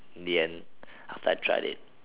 in the end after I tried it